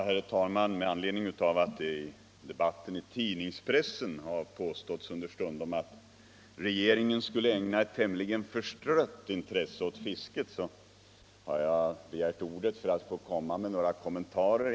Herr talman! Med anledning av att det i debatten i tidningspressen understundom har påståtts att regeringen skulle ägna ett tämligen förstrött intresse åt fisket har jag begärt ordet för att göra några kommentarer.